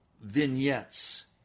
vignettes